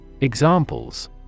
Examples